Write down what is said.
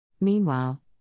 Meanwhile